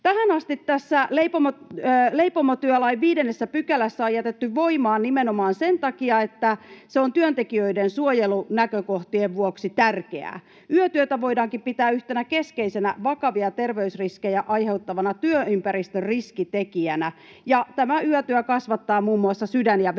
Tähän asti tämä leipomotyölain 5 § on jätetty voimaan nimenomaan sen takia, että se on työntekijöiden suojelunäkökohtien vuoksi tärkeä. Yötyötä voidaankin pitää yhtenä keskeisenä vakavia terveysriskejä aiheuttavana työympäristön riskitekijänä, ja yötyö kasvattaa muun muassa sydän- ja